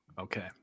Okay